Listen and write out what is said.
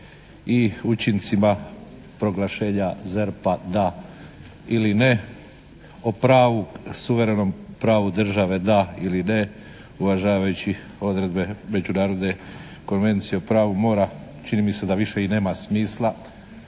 i učincima proglašenja ZERP-a da ili ne o pravu, suverenom pravu države da ili ne uvažavajući odredbe Međunarodne konvencije o pravu mora čini mi se da više i nema smisla.